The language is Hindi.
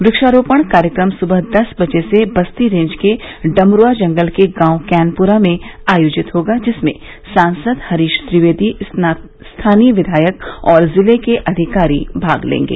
वृक्षारोपण कार्यक्रम स्वह दस बजे से बस्ती रेंज के डमरूआ जंगल के गांव कैनपुरा में आयोजित होगा जिसमें सांसद हरीश ट्विवेदी स्थानीय विधायक और जिले के अधिकारी भाग लेंगे